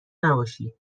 نباشی